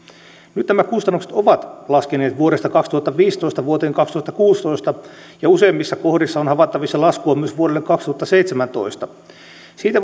nyt nämä kustannukset ovat laskeneet vuodesta kaksituhattaviisitoista vuoteen kaksituhattakuusitoista ja useimmissa kohdissa on havaittavissa laskua myös vuodelle kaksituhattaseitsemäntoista siitä